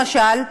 למשל,